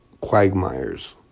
quagmires